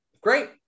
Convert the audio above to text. Great